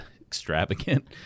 extravagant